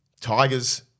Tiger's –